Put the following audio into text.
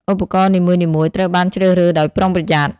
ឧបករណ៍នីមួយៗត្រូវបានជ្រើសរើសដោយប្រុងប្រយ័ត្ន។